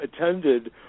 attended